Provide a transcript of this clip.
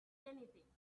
anything